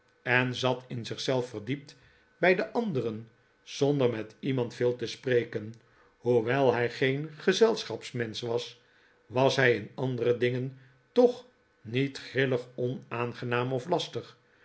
en zat in zich zelf verdiept bij de anderen zonder met iemand veel te spreken hoewel hij geen gezelschapsmensch was was hij in andere dingen toch niet grillig onaangenaam of lastig